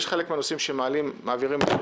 חלק מהנושאים מעבירים לפה